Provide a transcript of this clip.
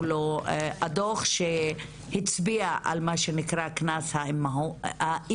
לו הדוח שהצביע על מה שנקרא קנס האימהות,